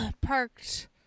parked